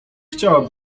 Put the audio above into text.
chciała